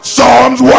Psalms